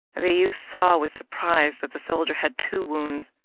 the youth saw with surprise that the soldier had two wounds,